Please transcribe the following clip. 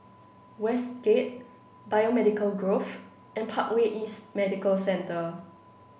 Westgate Biomedical Grove and Parkway East Medical Centre